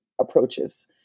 approaches